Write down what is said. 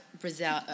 Brazil